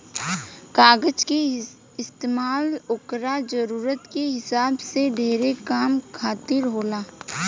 कागज के इस्तमाल ओकरा जरूरत के हिसाब से ढेरे काम खातिर होला